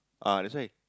ah that's why